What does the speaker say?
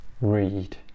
read